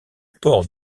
port